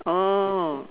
oh